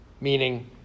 meaning